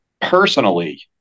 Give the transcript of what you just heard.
personally